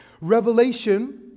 Revelation